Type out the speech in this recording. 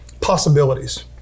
possibilities